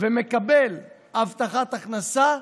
ומקבל הבטחת הכנסה,